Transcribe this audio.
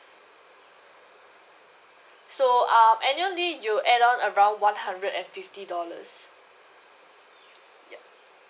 so um annually you'll add on around one hundred and fifty dollars ya